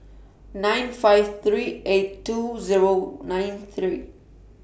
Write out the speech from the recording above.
nine five three eight two Zero nine three